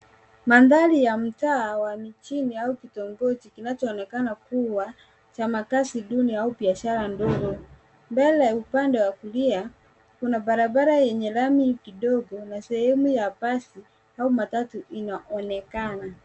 Mandhari ya mitaa ya mijini au kitongoji kinachoonekana kuwa cha makazi duni au biashara ndogo . Mbele upande wa kulia, kuna barabara yenye lami kidogo na sehemu ya basi au matatu inaonekana.